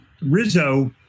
Rizzo